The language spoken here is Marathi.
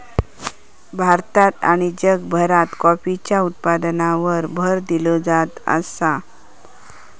भारतात आणि जगभरात कॉफीच्या उत्पादनावर भर दिलो जात आसा